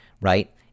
right